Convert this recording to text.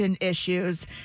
Issues